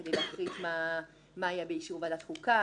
כדי להחליט מה היה באישור ועדת חוקה,